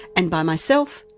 and by myself,